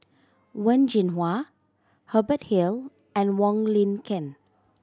Wen Jinhua Hubert Hill and Wong Lin Ken